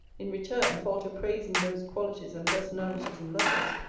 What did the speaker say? in return fall to praising those qualities and personalities in lovelace,